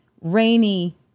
rainy